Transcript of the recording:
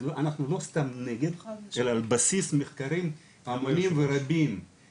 אנחנו לא סתם נגד אלא על בסיס מחקרים ומאמרים רבים,